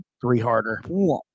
three-harder